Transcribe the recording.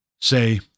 say